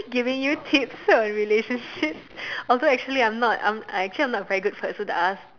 giving you tips on relationships although actually I'm not actually I'm not a very good person to ask